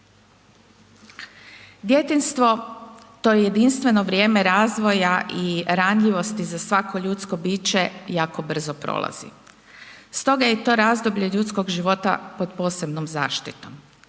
Djetinjstvo, to jedinstveno vrijeme razvoja i ranjivosti za svako ljudsko biće jako brzo prolazi. Stoga je to razdoblje ljudskog života pod posebnom zaštitom.